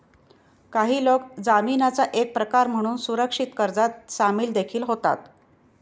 काही लोक जामीनाचा एक प्रकार म्हणून सुरक्षित कर्जात सामील देखील होतात